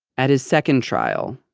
at his second trial,